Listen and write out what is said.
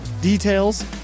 details